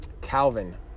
Calvin